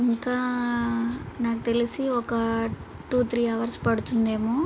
ఇంకా నాకు తెలిసి ఒక టూ త్రీ అవర్స్ పడుతుందేమో